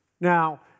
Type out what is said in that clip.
Now